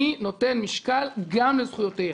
אני נותן משקל גם לזכויותיהם,